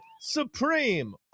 Supreme